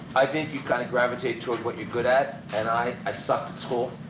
i think you kind of gravitate toward what you're good at, and i i sucked at school.